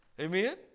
Amen